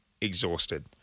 exhausted